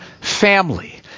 family